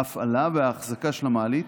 ההפעלה והאחזקה של המעלית,